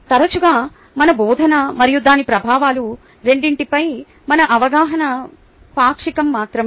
తరచుగా మన బోధన మరియు దాని ప్రభావాలు రెండింటిపై మన అవగాహన పాక్షికం మాత్రమే